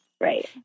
right